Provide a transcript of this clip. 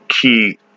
key